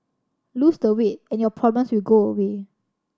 lose the weight and your problems will go away